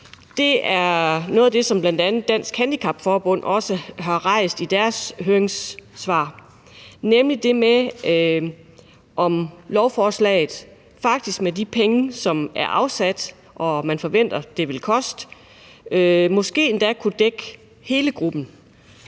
er noget, som bl.a. Dansk Handicap Forbund også har rejst i deres høringssvar, nemlig det med, om lovforslaget faktisk med de penge, som er afsat, og som man forventer det vil koste, måske endda kunne dække hele gruppen.